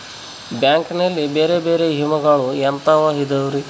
Bank ನಲ್ಲಿ ಬೇರೆ ಬೇರೆ ವಿಮೆಗಳು ಎಂತವ್ ಇದವ್ರಿ?